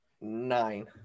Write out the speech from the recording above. nine